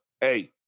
Hey